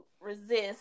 resist